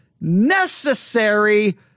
necessary